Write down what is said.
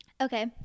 Okay